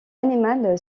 animal